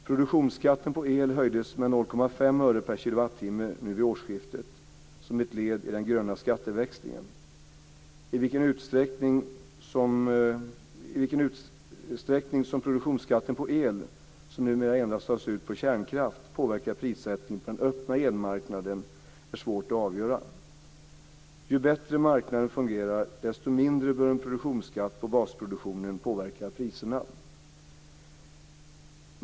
Produktionsskatten på el höjdes med 0,5 öre per kilowattimme nu vid årsskiftet som ett led i den gröna skatteväxlingen. I vilken utsträckning som produktionsskatten på el, som numera endast tas ut på kärnkraft, påverkar prissättningen på den öppnade elmarknaden är svårt att avgöra. Ju bättre marknaden fungerar, desto mindre bör en produktionsskatt på basproduktionen påverka priserna.